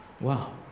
Wow